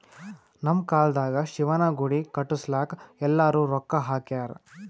ನಮ್ ಕಾಲ್ದಾಗ ಶಿವನ ಗುಡಿ ಕಟುಸ್ಲಾಕ್ ಎಲ್ಲಾರೂ ರೊಕ್ಕಾ ಹಾಕ್ಯಾರ್